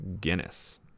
Guinness